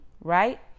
right